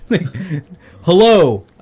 hello